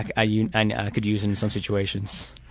i you know and could use it in some situations.